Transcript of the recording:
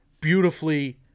Beautifully